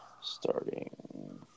starting